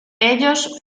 ellos